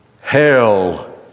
Hell